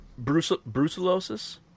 Brucellosis